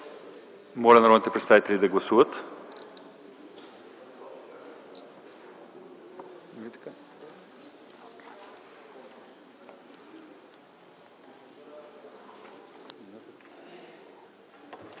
Моля народните представители да гласуват.